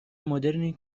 مدرنی